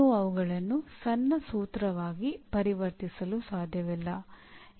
ನೀವು ಅವುಗಳನ್ನು ಸಣ್ಣ ಸೂತ್ರವಾಗಿ ಪರಿವರ್ತಿಸಲು ಸಾಧ್ಯವಿಲ್ಲ